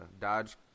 Dodge